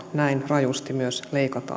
rajusti leikataan myös kehitysavusta